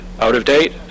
Out-of-date